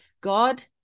God